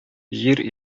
җир